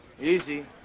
Easy